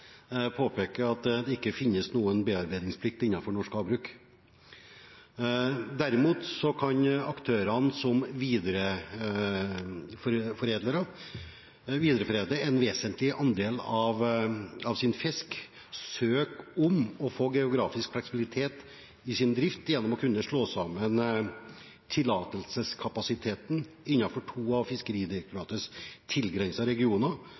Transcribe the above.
Jeg vil først, bare for ordens skyld, påpeke at det ikke finnes noen bearbeidingsplikt innenfor norsk havbruksnæring. Derimot kan aktører som videreforedler en vesentlig andel av sin fisk, søke om å få geografisk fleksibilitet i sin drift gjennom å kunne slå sammen tillatelseskapasitet innenfor to av Fiskeridirektoratets tilgrensende regioner